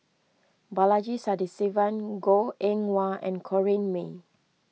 Balaji Sadasivan Goh Eng Wah and Corrinne May